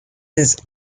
his